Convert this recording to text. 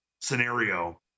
scenario